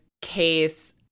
case